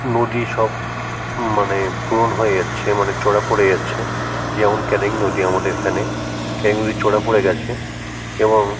নদী সব মানে পূরণ হয়ে যাচ্ছে মানে চরা পড়ে যাচ্ছে যেমন ক্যানিং নদী আমাদের এখানে ক্যানিং নদী চরা পড়ে গেছে এবং